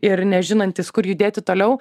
ir nežinantys kur judėti toliau